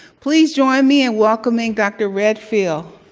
please join me in welcoming dr. redfield.